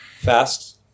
fast